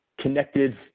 connected